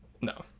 No